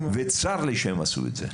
וצר לי שהם עשו את זה.